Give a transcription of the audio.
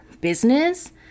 business